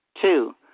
Two